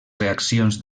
reaccions